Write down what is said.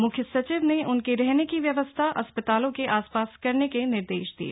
मुख्य सचिव ने उनके रहने की व्यवस्था अस्पतालों के आसपास करने के निर्देश दिये